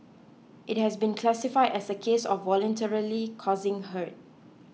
it has been classified as a case of voluntarily causing hurt